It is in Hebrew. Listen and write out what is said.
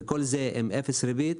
וכל זה עם אפס ריבית.